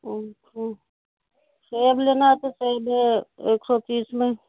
اچھا سیب لینا ہے تو سیب ہے ایک سو تیس میں